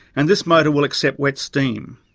and this motor will accept wet steam.